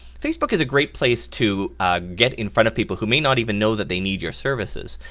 facebook is a great place to get in front of people who may not even know that they need your services.